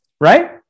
right